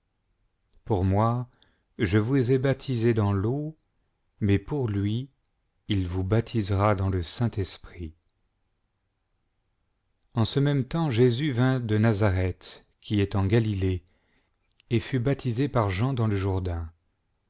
pour moi je vous ai baptisés dans l'eau mais pour lui il vous baptisera dans le saint-esprit en ce même temps jésus vint de nazareth qui est en galilée et fut baptisé par jean dans le jourdain